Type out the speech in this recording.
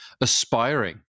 aspiring